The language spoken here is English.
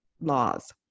laws